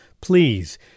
please